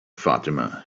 fatima